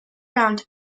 round